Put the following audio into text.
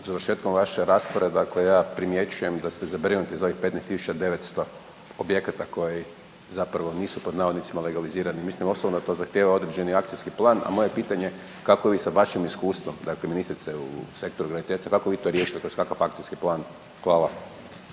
završetkom vaše rasprave dakle ja primjećujem …/Govornik se ne razumije zbog najave./… 15.900 objekata koji zapravo „nisu legalizirani“, mislim osnovno što zahtjeva određeni akcijski plan. A moje pitanje kako vi sa vašim iskustvom, dakle ministrice u sektoru graditeljstva kako vi to riješite tj. kakav akacijski plan? Hvala.